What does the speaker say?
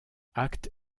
acte